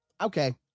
okay